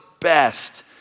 best